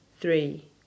three